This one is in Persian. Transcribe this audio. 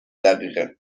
دقیقه